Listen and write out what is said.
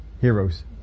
heroes